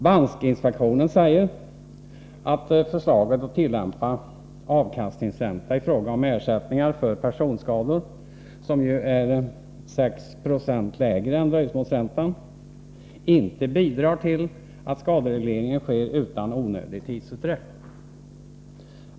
Bankinspektionen säger att förslaget att tillämpa avkastningsränta i fråga om ersättningar för personskador, som ju är 6 96 lägre än dröjsmålsräntan, inte bidrar till att skaderegleringen sker utan onödig tidsutdräkt.